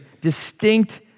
distinct